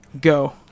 Go